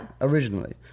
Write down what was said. originally